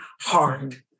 hard